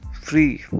free